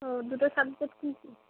ও দুটো সাবজেক্ট কী কী